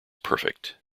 perfect